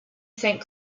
saint